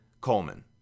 Coleman